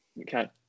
Okay